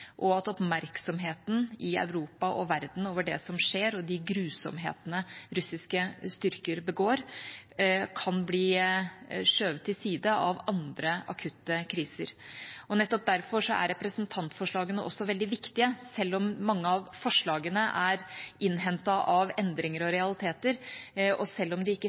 og at oppmerksomheten i Europa og verden om det som skjer og de grusomhetene russiske styrker begår, kan bli skjøvet til side av andre akutte kriser. Nettopp derfor er representantforslagene også veldig viktige, selv om mange av forslagene er innhentet av endringer og realiteter, og selv om de ikke